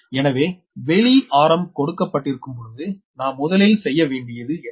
எனவே வெளி ஆரம் கொடுக்கப்பட்டிருக்கும்பொழுது நாம் முதலில் செய்ய வேண்டியது என்ன என்ன